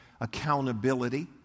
accountability